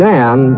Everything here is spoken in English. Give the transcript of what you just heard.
Dan